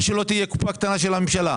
למה שהיא לא תהיה קופה קטנה של הממשלה?